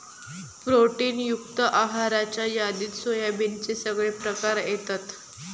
protein युक्त आहाराच्या यादीत सोयाबीनचे सगळे प्रकार येतत